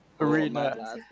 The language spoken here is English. arena